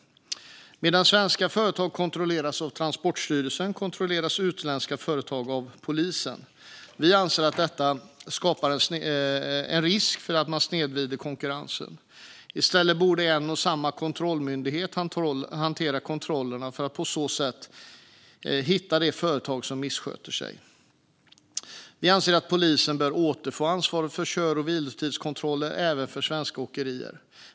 Medan svenska företag kontrolleras av Transportstyrelsen kontrolleras utländska företag av polisen. Vi anser att detta skapar en risk för att man snedvrider konkurrensen. I stället borde en och samma kontrollmyndighet hantera kontrollerna för att på så sätt kunna hitta de företag som missköter sig. Vi anser att polisen bör återfå ansvaret för kör och vilotidskontroller även för svenska åkerier.